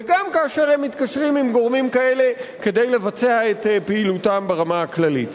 וגם כאשר הם מתקשרים עם גורמים כאלה כדי לבצע את פעילותם ברמה הכללית.